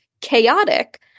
Chaotic